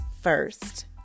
first